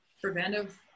preventive